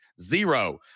zero